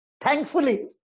thankfully